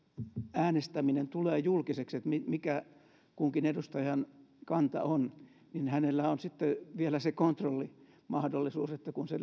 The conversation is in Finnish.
äänestäminen tulee julkiseksi että mikä kunkin edustajan kanta on niin hänellä on sitten vielä se kontrollimahdollisuus että kun se